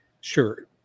sure